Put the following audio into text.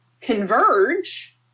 converge